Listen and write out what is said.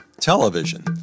television